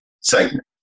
segment